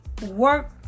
work